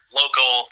local